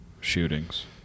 shootings